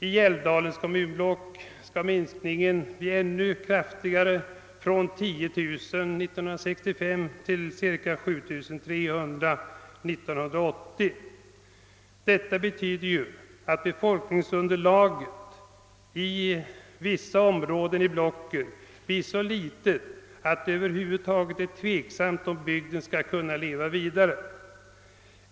I Älvdalens kommunblock blir minskningen ännu kraftigare, från cirka 10000 invånare år 1965 till 7 300 år 1980. Detta betyder att befolkningsunderlaget i vissa områden i blocket blir så litet, att det över huvud taget är tveksamt om bygden skall kunna leva vidare.